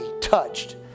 touched